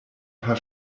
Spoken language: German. paar